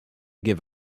give